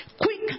Quick